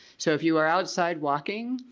so if you are outside walking,